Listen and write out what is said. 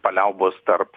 paliaubos tarp